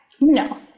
No